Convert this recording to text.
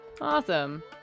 Awesome